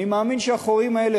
אני מאמין שהחורים האלה,